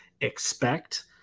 expect